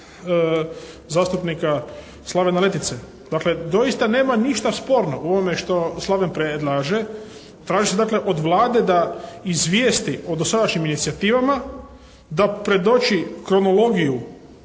zastupnika Slavena Letice. Dakle, doista nema ništa sporno u ovome što Slaven predlaže. Traži se dakle od Vlade da izvijesti o dosadašnjim inicijativama, da pretoči kronologiju